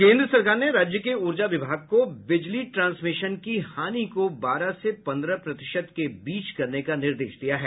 केन्द्र सरकार ने राज्य के ऊर्जा विभाग को बिजली ट्रांसमिशन की हानि को बारह से पन्द्रह प्रतिशत के बीच करने का निर्देश दिया है